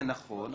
זה נכון,